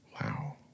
Wow